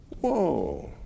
Whoa